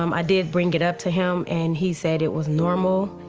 um i did bring it up to him, and he said it was normal.